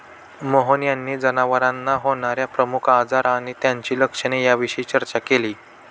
मोहन यांनी जनावरांना होणार्या प्रमुख आजार आणि त्यांची लक्षणे याविषयी चर्चा केली